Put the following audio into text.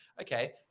okay